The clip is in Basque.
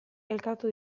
elkartu